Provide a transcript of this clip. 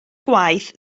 gwaith